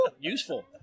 useful